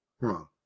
Wrong